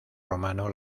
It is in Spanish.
romano